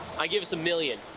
i give us a million.